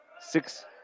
Six